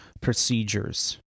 procedures